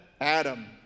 Adam